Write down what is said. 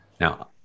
Now